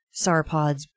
sauropods